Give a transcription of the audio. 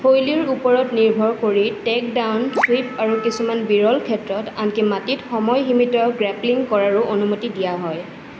শৈলীৰ ওপৰত নিৰ্ভৰ কৰি টেক ডাউন ছুইপ আৰু কিছুমান বিৰল ক্ষেত্ৰত আনকি মাটিত সময় সীমিত গ্ৰেপলিং কৰাৰো অনুমতি দিয়া হয়